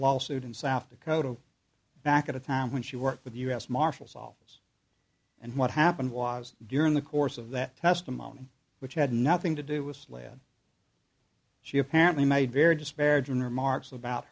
lawsuit in south dakota back at a time when she worked with the u s marshal's office and what happened was during the course of that testimony which had nothing to do with slab she apparently made very disparaging remarks about